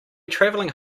travelling